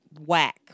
whack